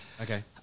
Okay